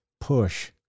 push